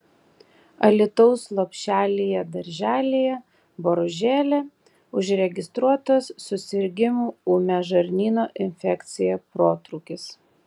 alytaus lopšelyje darželyje boružėlė užregistruotas susirgimų ūmia žarnyno infekcija protrūkis